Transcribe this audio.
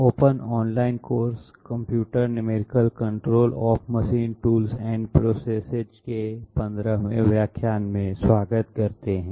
open online course computer numerical control of machine tools and processes के 15वे व्याख्यान में स्वागत करते है